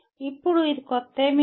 ఇప్పుడు ఇది కొత్తేమీ కాదు